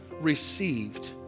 received